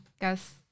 guess